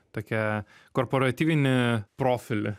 tokia korporatyvinį profilį